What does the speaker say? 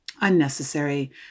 unnecessary